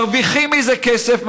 מרוויחים מזה כסף,